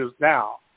now